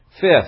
Fifth